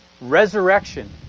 resurrection